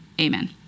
Amen